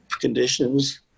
conditions